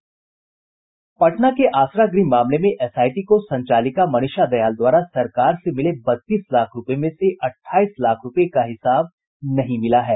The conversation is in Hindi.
पटना के आसरा गृह मामले में एसआईटी को संचालिका मनीषा दयाल द्वारा सरकार से मिले बत्तीस लाख रूपये में से अठाईस लाख रूपये का हिसाब नहीं मिला है